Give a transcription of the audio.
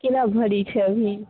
केना भरी छै अभी